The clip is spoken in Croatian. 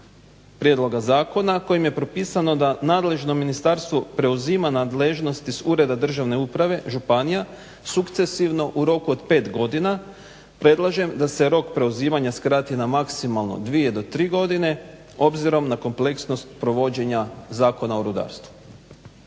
Prijedloga zakona kojim je propisano da nadležno ministarstvo preuzima nadležnost iz Ureda državne uprave, županija sukcesivno u roku od 5 godina, predlažem da se rok preuzimanja skrati na maksimalno 2 do 3 godine obzirom na kompleksnost provođenja Zakona o rudarstvu.